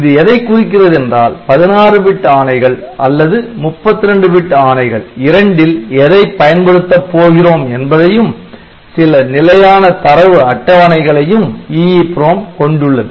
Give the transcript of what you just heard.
இது எதை குறிக்கிறது என்றால் 16 பிட் ஆணைகள் அல்லது 32 பிட் ஆணைகள் இரண்டில் எதை பயன்படுத்த போகிறோம் என்பதையும் சில நிலையான தரவு அட்டவணைகளையும் EEPROM கொண்டுள்ளது